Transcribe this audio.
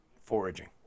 foraging